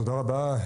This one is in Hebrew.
תודה רבה,